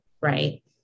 right